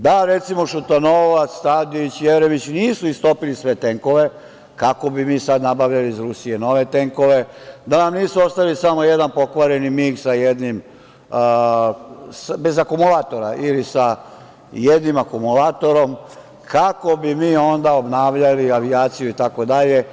Da Šutanovac, Tadić, Jeremić nisu istopili sve tenkove, kako bi mi sada nabavili iz Rusije nove tenkove? da nam nisu ostavili samo jedan pokvareni Mig bez akumulatora ili sa jednim akumulatorom, kako bi mi onda obnavljali avijaciju itd?